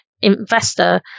investor